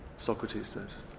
socrates says,